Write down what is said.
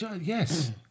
yes